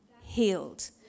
healed